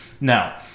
Now